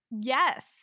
yes